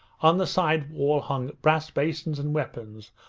on the side wall hung brass basins and weapons,